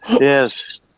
Yes